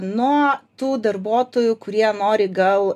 nuo tų darbuotojų kurie nori gal